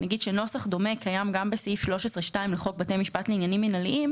נוסח דומה קיים גם בסעיף 13(2) לחוק בתי משפט לעניינים מינהליים,